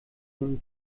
den